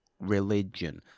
religion